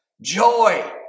joy